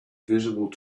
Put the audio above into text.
visible